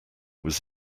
was